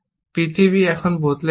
পৃথিবী এখন বদলে গেছে